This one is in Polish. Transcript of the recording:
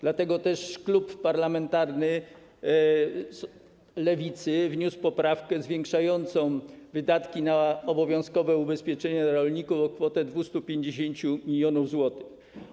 Dlatego też klub parlamentarny Lewicy wniósł poprawkę zwiększającą wydatki na obowiązkowe ubezpieczenia dla rolników o kwotę 250 mln zł.